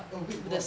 a weak voice